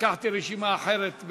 לקחתי רשימה אחרת,